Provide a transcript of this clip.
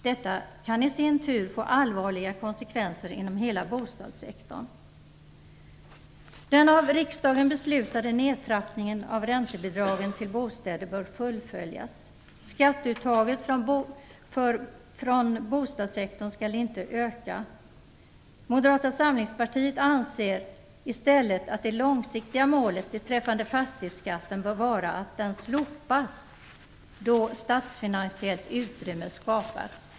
Detta kan i sin tur få allvarliga konsekvenser inom hela bostadssektorn. Den av riksdagen beslutade nedtrappningen av räntebidragen till bostäder bör fullföljas. Skatteuttaget från bostadssektorn skall inte öka. Moderata samlingspartiet anser i stället att det långsiktiga målet beträffande fastighetsskatten bör vara att den slopas då statsfinansiellt utrymme skapats.